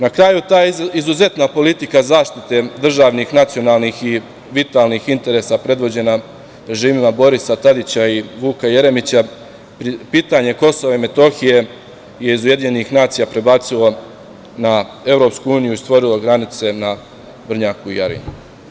Na kraju, ta izuzetna politika zaštite državnih, nacionalnih i vitalnih interesa, predvođena režimom Borisa Tadića i Vuka Jeremića, pitanje KiM je iz UN prebacilo na EU i stvorilo granice na Brnjaku i Jarinju.